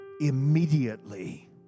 immediately